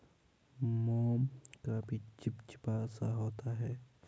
मोम काफी चिपचिपा सा होता है